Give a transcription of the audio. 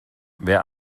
wer